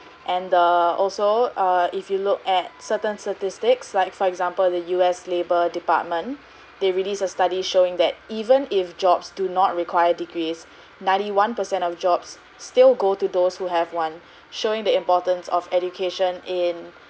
and the also uh if you look at certain statistics like for example the U_S labour department they released a study showing that even if jobs do not require degrees ninety one percent of jobs still go to those who have one showing the importance of education in